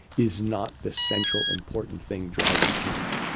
is not the central important thing driving change.